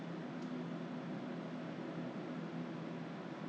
immediately when after you order once you order they take the mug out of the fridge ah